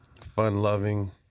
fun-loving